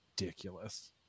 ridiculous